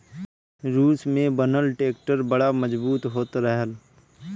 रूस में बनल ट्रैक्टर बड़ा मजबूत होत रहल